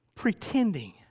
pretending